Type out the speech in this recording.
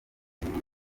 igihugu